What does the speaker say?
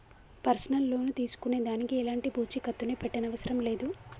personal loan తీసుకునే దానికి ఎలాంటి పూచీకత్తుని పెట్టనవసరం లేదు